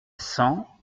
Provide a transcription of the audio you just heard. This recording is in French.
cent